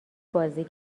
بازی